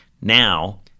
Now